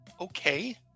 okay